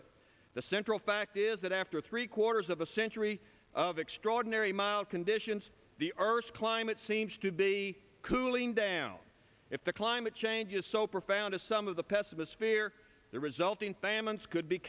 it the central fact is that after three quarters of a century of extraordinary mild conditions the earth's climate seems to be cooling down if the climate change is so profound as some of the pessimists fear the resulting famines could be